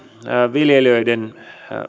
viljelijöiden